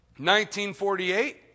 1948